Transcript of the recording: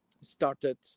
started